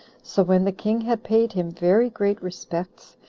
so when the king had paid him very great respects,